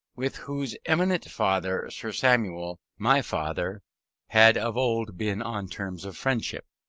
with whose eminent father, sir samuel, my father had of old been on terms of friendship.